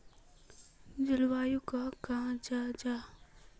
जलवायु कहाक कहाँ जाहा जाहा?